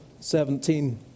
17